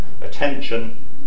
attention